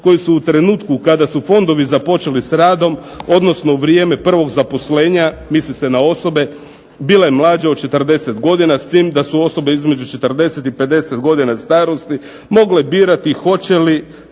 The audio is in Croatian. koji su u trenutku kada su fondovi započeli s radom, odnosno u vrijeme prvog zaposlenja, misli se na osobe, bila je mlađa od 40 godina, s tim da su osobe između 40 i 50 godina starosti mogle birati hoće li